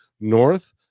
North